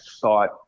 thought